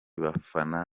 bafana